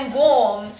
warm